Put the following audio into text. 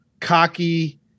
cocky